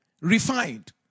refined